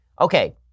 Okay